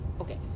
okay